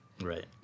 Right